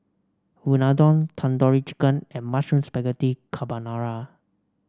Unadon Tandoori Chicken and Mushroom Spaghetti Carbonara